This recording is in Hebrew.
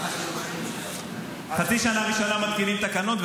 תקנות --- חצי שנה ראשונה מתקינים תקנות,